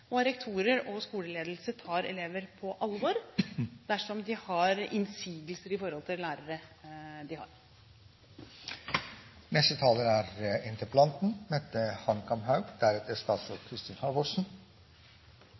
og at rektorer og skoleledelse tar elever på alvor dersom de har innsigelser mot lærere de